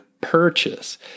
purchase